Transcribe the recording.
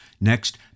Next